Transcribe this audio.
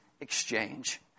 exchange